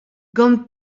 gant